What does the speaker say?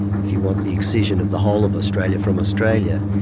if you want, the excision of the whole of australia from australia.